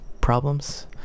problems